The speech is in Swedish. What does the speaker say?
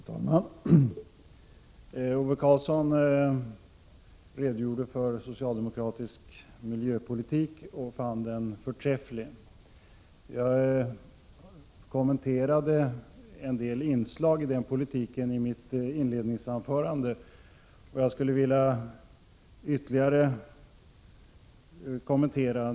Fru talman! Ove Karlsson redogjorde för socialdemokratisk miljöpolitik och fann den förträfflig. Jag kommenterade en del inslag i den politiken i mitt inledningsanförande, men jag skulle vilja göra några ytterligare kommentarer.